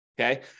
Okay